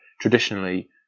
traditionally